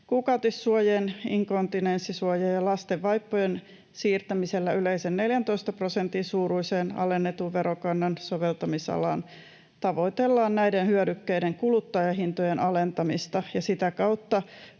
Kuukautissuojien, inkontinenssisuojien ja lasten vaippojen siirtämisellä yleiseen 14 prosentin suuruiseen alennetun verokannan soveltamisalaan tavoitellaan näiden hyödykkeiden kuluttajahintojen alentamista ja sitä kautta